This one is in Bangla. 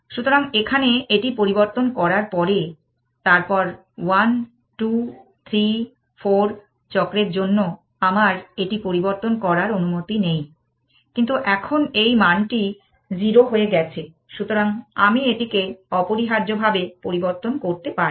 সুতরাং এখানে এটি পরিবর্তন করার পরে তারপর 1 2 3 4 চক্রের জন্য আমার এটি পরিবর্তন করার অনুমতি নেই কিন্তু এখন এই মানটি 0 হয়ে গেছে সুতরাং আমি এটিকে অপরিহার্যভাবে পরিবর্তন করতে পারি